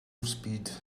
speed